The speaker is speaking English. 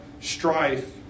strife